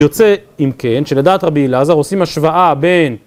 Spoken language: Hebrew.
יוצא אם כן שלדעת רבי אלעזר עושים השוואה בין...